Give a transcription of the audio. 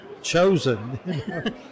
Chosen